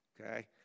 okay